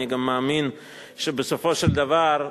אני גם מאמין שבסופו של דבר,